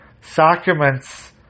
sacraments